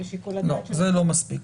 ובשיקול הדעת של --- זה לא מספיק.